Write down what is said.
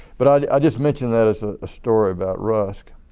but i just mentioned that as a story about rusk.